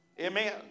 Amen